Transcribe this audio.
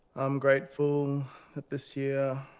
i'm grateful that this year,